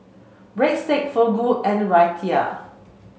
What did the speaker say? Breadstick Fugu and Raita